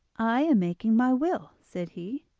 i am making my will said he,